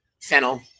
fennel